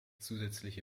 zusätzliche